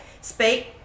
Speak